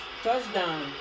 Touchdown